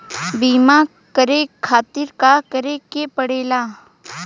बीमा करे खातिर का करे के पड़ेला?